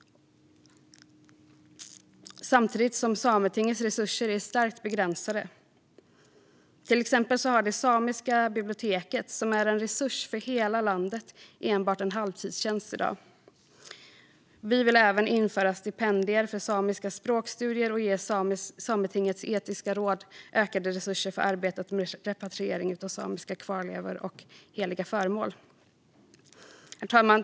Samtidigt är Sametingets resurser starkt begränsade. Till exempel har det samiska biblioteket, som är en resurs för hela landet, enbart en halvtidstjänst i dag. Vi vill även införa stipendier för samiska språkstudier och ge Sametingets etiska råd ökade resurser för arbetet med repatrieringen av samiska kvarlevor och heliga föremål. Herr talman!